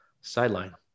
sideline